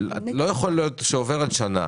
לא יכול להיות שעוברת שנה